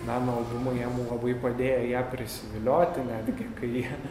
meno albumai jam labai padėjo ją prisivilioti netgi kai